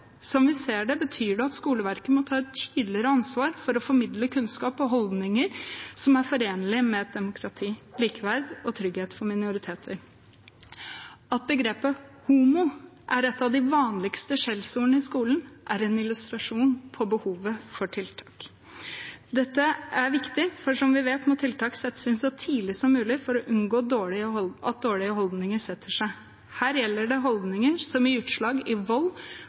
vi ser det, betyr det at skoleverket må ta et tydeligere ansvar for å formidle kunnskap og holdninger som er forenlige med demokrati, likeverd og trygghet for minoriteter. At begrepet «homo» er et av de vanligste skjellsordene i skolen, er en illustrasjon på behovet for tiltak. Dette er viktig, for som vi vet, må tiltak settes inn så tidlig som mulig for å unngå at dårlige holdninger setter seg. Her gjelder det holdninger som gir seg utslag i vold,